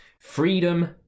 freedom